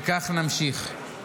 וכך נמשיך.